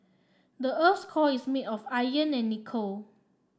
the earth's core is made of iron and nickel